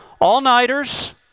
all-nighters